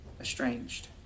estranged